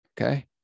Okay